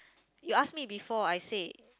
you ask me before I said